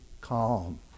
calm